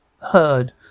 heard